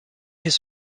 his